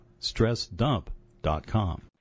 StressDump.com